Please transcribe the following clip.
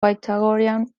pythagorean